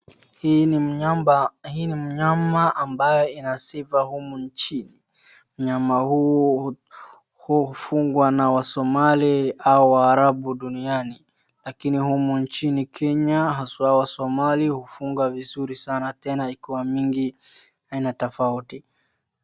Hii ni mnyama ambaye ina sifa humu nchini. Mnyama huu hufugwa na wasomali au waarabu duniani. Lakini humu nchini Kenya haswa wasomali hufuga vizuri sana na tena ikiwa mingi na aina tofauti.